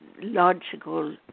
logical